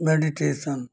meditation